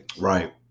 Right